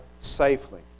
safely